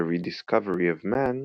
The Rediscovery of Man,